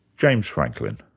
james franklin.